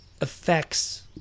affects